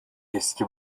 eski